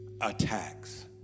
attacks